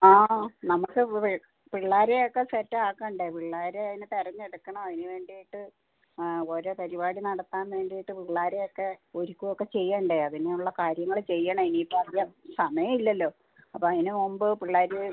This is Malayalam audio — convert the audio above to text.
ആ നമുക്ക് പിള്ളേരെ ഒക്കെ സെറ്റ് ആക്കേണ്ടേ പിള്ളേരെ അതിന് തെരഞ്ഞെടുക്കണം അതിന് വേണ്ടിയിട്ട് ആ ഓരോ പരിപാടി നടത്താൻ വേണ്ടിയിട്ട് പിള്ളേരെ ഒക്കെ ഒരുക്കുകയൊക്കെ ചെയ്യേണ്ടേ അതിനുള്ള കാര്യങ്ങൾ ചെയ്യണം ഇനി ഇപ്പോൾ അധികം സമയം ഇല്ലല്ലോ അപ്പോൾ അതിന് മുമ്പ് പിള്ളേർ